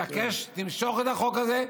למשוך את החוק הזה,